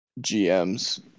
GMs